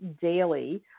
daily